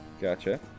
Gotcha